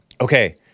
Okay